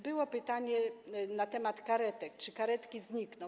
Było pytanie na temat karetek, czy karetki znikną.